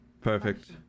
Perfect